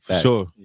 Sure